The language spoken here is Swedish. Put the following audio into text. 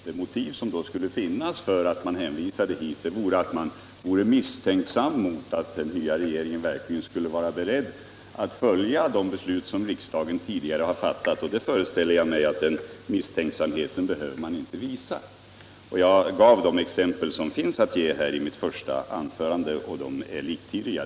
Det motiv som då skulle finnas för att hänvisa till regeringsdeklarationen vore att man kände misstänksamhet mot att den nya regeringen verkligen skulle vara beredd att följa de beslut som riksdagen tidigare fattat. Den misstänksamheten föreställer jag mig att man inte behöver visa. Jag gav de exempel som finns att ge i mitt första anförande, och de är liktydiga.